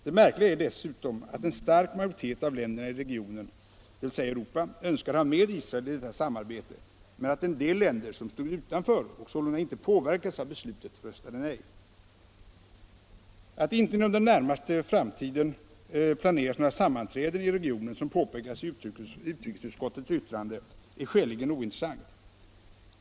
Det märkliga är dessutom att en stark majoritet av länderna i regionen, dvs. Europa, önskade ha med Israel i detta samarbete, men att en del länder som står utanför och sålunda inte påverkades av beslutet röstade nej. Att det inte - som påpekas i utskottets betänkande — inom den närmaste tiden planeras några sammanträden i regionen är skäligen ointressant.